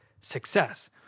success